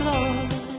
Lord